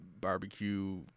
barbecue